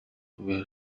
will